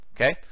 Okay